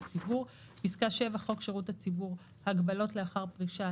ציבור; (7) חוק שירות הציבור (הגבלות לאחר פרישה),